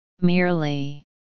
Merely